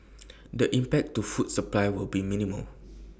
the impact to food supply will be minimal